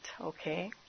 Okay